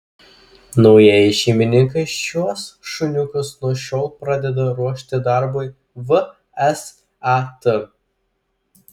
naujieji šeimininkai šiuos šuniukus nuo šiol pradeda ruošti darbui vsat